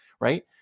Right